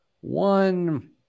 one